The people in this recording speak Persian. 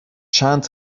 چند